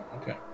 Okay